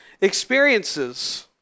experiences